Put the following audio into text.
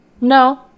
No